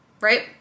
right